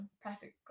practical